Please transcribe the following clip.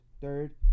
third